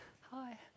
Hi